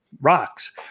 rocks